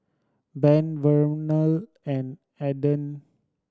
Ben Vernal and Adan